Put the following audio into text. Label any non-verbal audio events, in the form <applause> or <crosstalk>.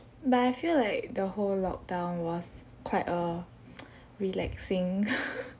but I feel like the whole lockdown was quite err <noise> relaxing <laughs>